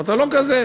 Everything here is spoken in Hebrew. אתה לא כזה.